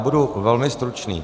Budu velmi stručný.